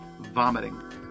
vomiting